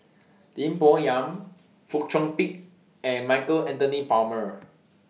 Lim Bo Yam Fong Chong Pik and Michael Anthony Palmer